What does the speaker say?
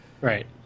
Right